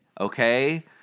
okay